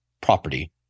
property